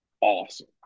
awesome